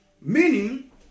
Meaning